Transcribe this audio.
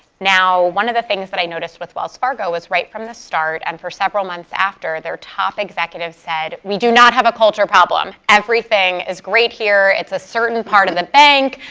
now, one of the things that i noticed with wells fargo. was right from the start and for several months after, their top executives said, we do not have a culture problem. everything is great here, it's a certain part of the bank,